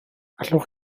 allwch